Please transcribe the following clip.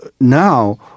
now